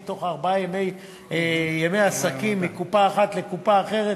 בתוך ארבעה ימי עסקים מקופה אחת לקופה אחרת,